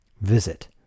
visit